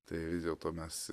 tai vis dėl to mes